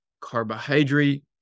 carbohydrate